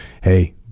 Hey